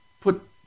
put